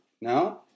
No